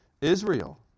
Israel